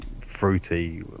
Fruity